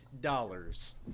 dollars